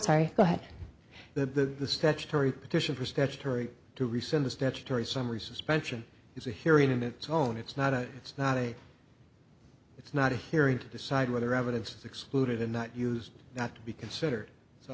sorry go ahead the statutory edition for statutory to rescind the statutory summary suspension is a hearing of its own it's not a it's not a it's not a hearing to decide whether evidence excluded or not used not to be considered so